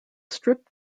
stripped